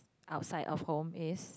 outside of home is